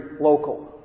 local